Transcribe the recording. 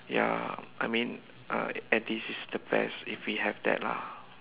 ya I mean uh and this is the best if we have that lah